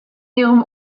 ihrem